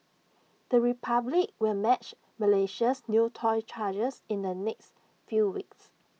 the republic will match Malaysia's new toll charges in the next few weeks